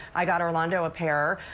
i got orlando a pair.